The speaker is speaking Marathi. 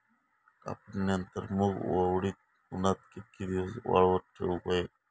कापणीनंतर मूग व उडीद उन्हात कितके दिवस वाळवत ठेवूक व्हये?